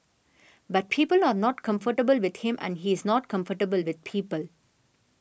but people are not comfortable with him and he's not comfortable with people